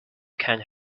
can